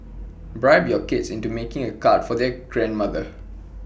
bribe your kids into making A card for their grandmother